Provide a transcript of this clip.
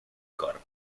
corp